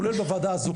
כולל בוועדה הזאת,